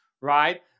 right